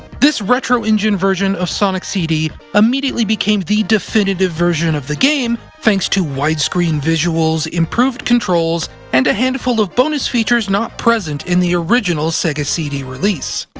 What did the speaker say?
this retro engine version of sonic cd immediately became the definitive version of the game thanks to widescreen visuals, improved controls and a handful of bonus features not present in the original sega cd release.